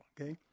okay